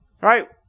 Right